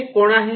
ते कोण आहेत